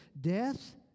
death